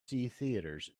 theaters